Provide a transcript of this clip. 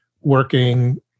working